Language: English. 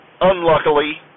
Unluckily